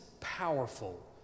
powerful